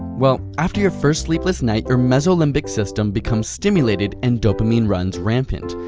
well, after your first sleepless night, your mesolimbic system becomes stimulated and dopamine runs rampant.